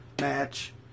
match